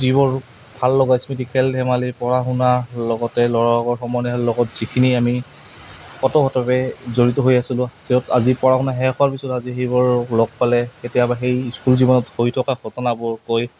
যিবোৰ ভাল লগা স্মৃতি খেল ধেমালি পঢ়া শুনাৰ লগতে ল'ৰা লগৰ সমনীয়াৰ লগত যিখিনি আমি জড়িত হৈ আছিলোঁ য'ত আজি পঢ়া শুনা শেষ হোৱাৰ পিছত আজি সেইবোৰ লগ পালে কেতিয়াবা সেই স্কুল জীৱনত হৈ থকা ঘটনাবোৰ কৈ